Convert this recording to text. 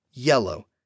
yellow